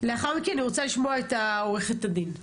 לאחר מכן, אני רוצה לשמוע, את עורכת הדין.